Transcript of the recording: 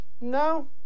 no